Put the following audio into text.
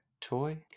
toy